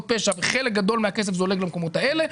פשע ואז חלק גדול מן הכסף זולג למקומות האלה.